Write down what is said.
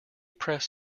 press